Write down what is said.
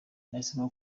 nahisemo